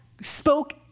spoke